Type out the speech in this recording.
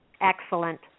Excellent